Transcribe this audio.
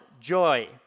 joy